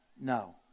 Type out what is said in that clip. no